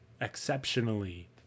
exceptionally